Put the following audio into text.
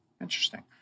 Interesting